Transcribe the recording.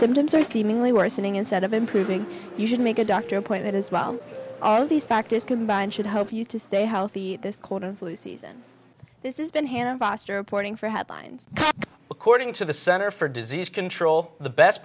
symptoms are seemingly worsening instead of improving you should make a doctor appointment as well all these factors combined should hope you to stay healthy this quarter flu season this is been hanna foster reporting for headlines according to the center for disease control the best